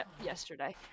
yesterday